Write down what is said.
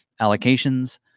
Allocations